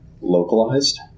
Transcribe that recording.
localized